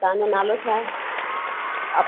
तव्हांजो नालो छा आहे अ